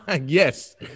Yes